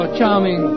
charming